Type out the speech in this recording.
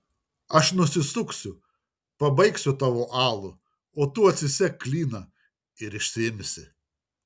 aš nusisuksiu pabaigsiu tavo alų o tu atsisek klyną ir išsiimsi